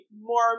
more